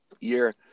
year